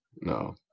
No